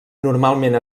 normalment